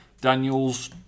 Daniels